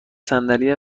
صندلی